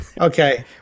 okay